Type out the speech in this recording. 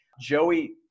Joey